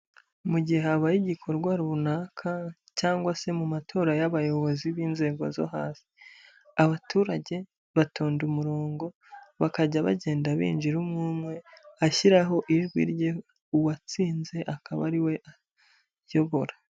Mu gihe habaye igikorwa runaka cyangwa se mu matora y'abayobozi b'inzego zo hasi abaturage batonda umurongo bakajya bagenda binjira umwe, umwe ashyiraho ijwi rye uwatsinze akaba ari we ayobora.